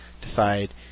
decide